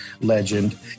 legend